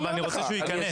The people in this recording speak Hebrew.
אבל אני רוצה שהוא ייכנס.